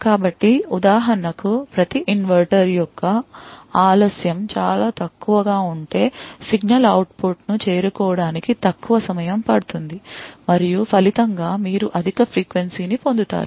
కాబట్టి ఉదాహరణకు ప్రతి ఇన్వర్టర్ యొక్క ఆలస్యం చాలా తక్కువగా ఉంటే సిగ్నల్ అవుట్ పుట్ ను చేరుకోవడానికి తక్కువ సమయం పడుతుంది మరియు ఫలితంగా మీరు అధిక frequency ని పొందు తారు